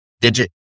Digit